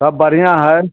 सब बढिआँ हय